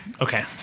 Okay